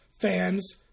fans